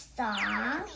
song